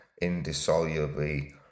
indissolubly